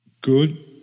good